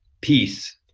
peace